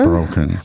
Broken